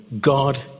God